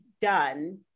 done